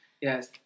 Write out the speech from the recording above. Yes